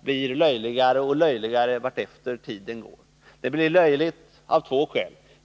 blir löjligare och löjligare vartefter tiden går. Den blir löjlig av två skäl.